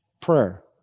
prayer